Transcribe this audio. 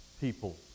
people